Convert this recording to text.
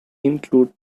include